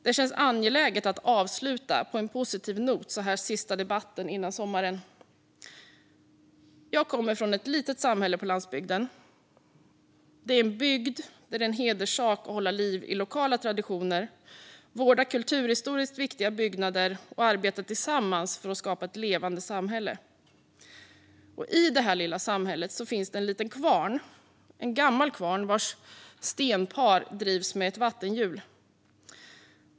Det känns angeläget att avsluta i en positiv ton under utskottets sista debatt före sommaren. Jag kommer från ett litet samhälle på landsbygden. Där är det en hederssak att hålla liv i lokala traditioner, vårda kulturhistoriskt viktiga byggnader och arbeta tillsammans för att skapa ett levande samhälle. I detta lilla samhälle finns det en liten, gammal kvarn, vars stenpar drivs av ett vattenhjul.